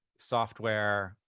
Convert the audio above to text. software,